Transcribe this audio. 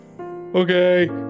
Okay